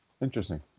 Interesting